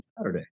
Saturday